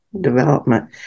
development